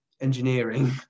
engineering